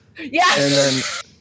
Yes